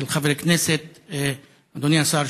אדוני השר,